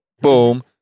boom